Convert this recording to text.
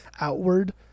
outward